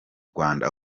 rwanda